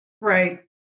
Right